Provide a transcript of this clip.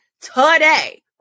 today